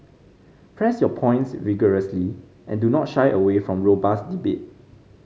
press your points vigorously and do not shy away from robust debate